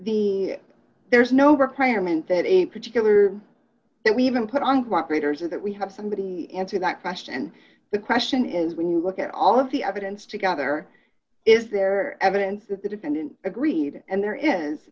the there's no requirement that a particular that we even put on quite creators or that we have somebody answer that question and the question is when you look at all of the evidence together is there evidence that the defendant agreed and there is